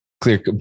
clear